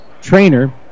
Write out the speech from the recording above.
Trainer